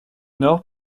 nord